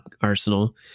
Arsenal